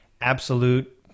absolute